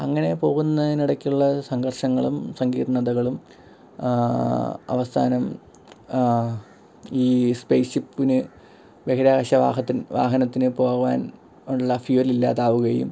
അങ്ങനെ പോകുന്നതിനിടയ്ക്കുള്ള സംഘർഷങ്ങളും സങ്കീർണ്ണതകളും അവസാനം ഈ സ്പേസ് ഷിപ്പിനു ബഹിരാകാശ വാഹത്തിൻ വാഹനത്തിനു പോകാൻ ഉള്ള ഫ്യുവൽ ഇല്ലാതാകുകയും